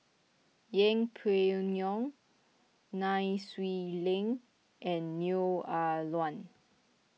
Yeng Pway Ngon Nai Swee Leng and Neo Ah Luan